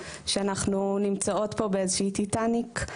שאנחנו נמצאות פה באיזושהי טיטאניק,